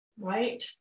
right